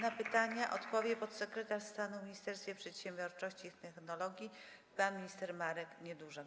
Na pytania odpowie podsekretarz stanu w Ministerstwie Przedsiębiorczości i Technologii pan minister Marek Niedużak.